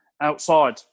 outside